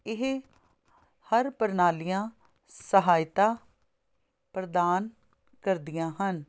ਇਹ ਹਰ ਪ੍ਰਣਾਲੀਆਂ ਸਹਾਇਤਾ ਪ੍ਰਦਾਨ ਕਰਦੀਆਂ ਹਨ